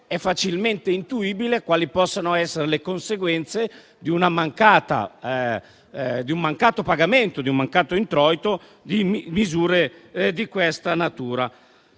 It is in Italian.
È facilmente intuibile quali possano essere le conseguenze di un mancato pagamento e di un mancato introito determinato da misure di questa natura.